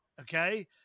okay